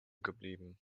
geblieben